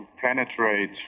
penetrate